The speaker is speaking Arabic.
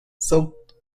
صوت